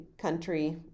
country